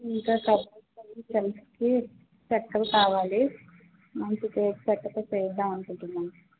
ఇంకా కబోర్డ్స్ అవి షెల్ఫ్స్కి చెక్కవి కావాలి మంచి టేకు చెక్కతో చేయిద్దామనుకుంటున్నాను